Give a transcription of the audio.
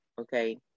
Okay